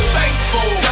thankful